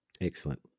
Excellent